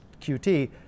QT